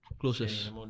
Closest